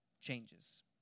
changes